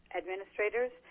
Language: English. administrators